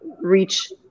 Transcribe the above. reach